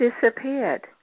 disappeared